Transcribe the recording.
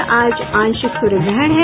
और आज आंशिक सूर्य ग्रहण है